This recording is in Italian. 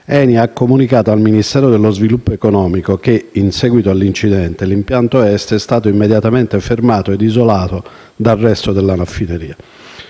l'ENI ha comunicato al Ministero dello sviluppo economico che, in seguito a tale evento, l'impianto Est è stato immediatamente fermato e isolato dal resto della raffineria.